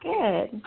Good